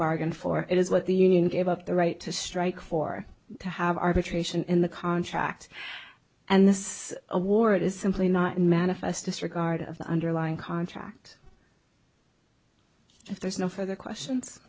bargained for it is what the union gave up the right to strike for to have arbitration in the contract and this award is simply not manifest disregard of the underlying contract if there's no further questions